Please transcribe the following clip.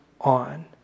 on